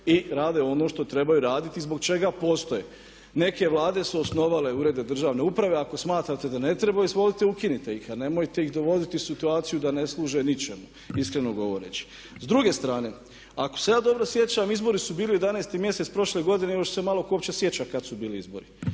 i rade ono što trebaju raditi i zbog čega postoje. Neke Vlade su osnovale urede državne uprave, ako smatrate da ne trebaju izvolite ukinite ih a nemojte ih dovoditi u situaciju da ne služe ničemu, iskreno govoreći. S druge strane, ako se ja dobro sjećam izbori su bili 11. mjesec prošle godine, nego što se malo tko uopće sjeća kada su bili izbori.